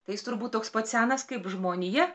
tai jis turbūt toks pat senas kaip žmonija